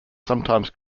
sometimes